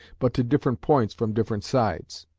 but to different points from different sides.